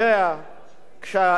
כשאני מדבר על חלב,